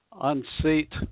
unseat